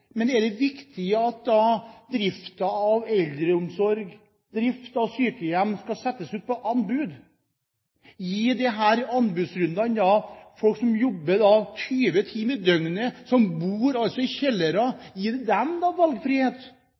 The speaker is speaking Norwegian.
men er det riktig at driften av eldreomsorg, drift av sykehjem, skal settes ut på anbud? Gir disse anbudsrundene folk som jobber 20 timer i døgnet, som bor i kjellere, valgfrihet? Er det god kvalitet for dem